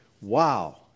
Wow